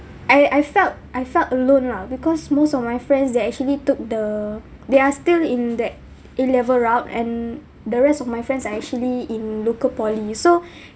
I I felt I felt alone lah because most of my friends they actually took the they are still in that a-level route and the rest of my friends are actually in local poly so